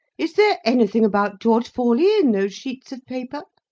is there anything about george forley in those sheets of paper?